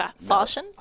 fashion